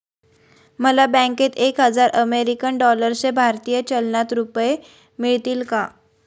मला बँकेत एक हजार अमेरीकन डॉलर्सचे भारतीय चलनात रुपये मिळतील का?